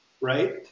right